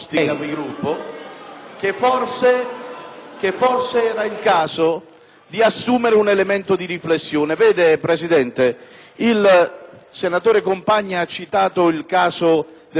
che forse era il caso di assumere un elemento di riflessione. Signor Presidente, il senatore Compagna ha citato il caso del senatore Bargi.